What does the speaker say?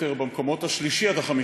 פרמטר במקומות השלישי עד החמישי,